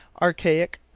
archaic,